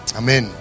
amen